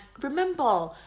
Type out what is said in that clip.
remember